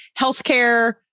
healthcare